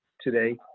today